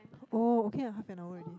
oh okay ah half and hour already